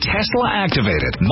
Tesla-activated